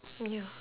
oh ya